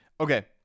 Okay